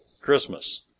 Christmas